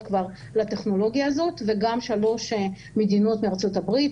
לטכנולוגיה הזאת וגם שלוש מדינות מארה"ב,